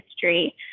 history